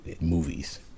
movies